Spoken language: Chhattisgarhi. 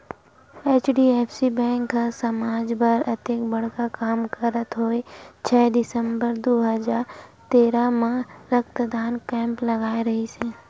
एच.डी.एफ.सी बेंक ह समाज बर अतेक बड़का काम करत होय छै दिसंबर दू हजार तेरा म रक्तदान कैम्प लगाय रिहिस हे